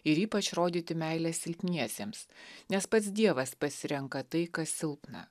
ir ypač rodyti meilę silpniesiems nes pats dievas pasirenka tai kas silpna